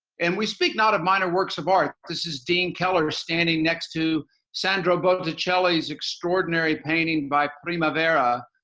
and we speak not of minor works of art this is dean keller standing next to sandro botticelli's extraordinary painting by primavera.